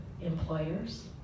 employers